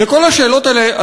לכל השאלות האלה,